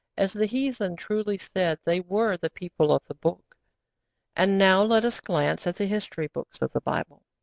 as the heathen truly said, they were the people of the book and now let us glance at the history books of the bible.